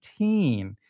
18